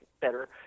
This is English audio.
better